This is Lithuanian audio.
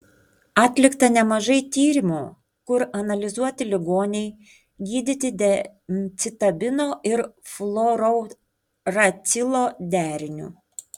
atlikta nemažai tyrimų kur analizuoti ligoniai gydyti gemcitabino ir fluorouracilo deriniu